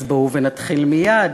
/ אז בואו ונתחיל מייד,